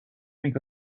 make